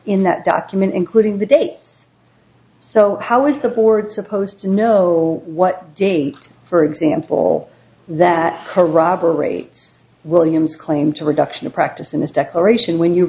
in that document including the dates so how is the board supposed to know what date for example that corroborates william's claim to reduction of practice in this declaration when you